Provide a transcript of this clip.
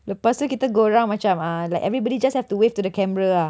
lepas tu kita go around macam uh like everybody just have to wave to the camera ah